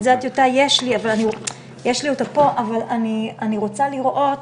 אני רוצה לראות,